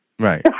Right